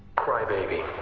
crybaby.